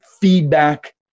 feedback